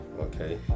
okay